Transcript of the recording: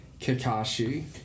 Kakashi